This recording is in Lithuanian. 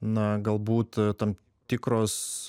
na galbūt tam tikros